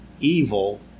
evil